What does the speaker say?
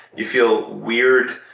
you feel weird,